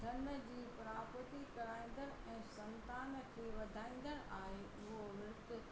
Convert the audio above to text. धन जी प्राप्ति कराईंदड़ु ऐं संतान खे वधाईंदड़ आहे उहो विर्त